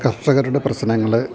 കർഷകരുടെ പ്രശ്നങ്ങൾ